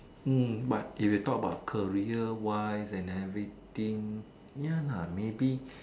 mm but if you talk about career wise and everything ya lah maybe